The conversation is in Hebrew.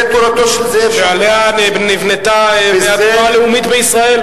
עליה נבנתה התנועה הלאומית בישראל.